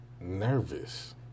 nervous